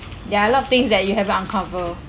there are a lot of things that you haven't uncover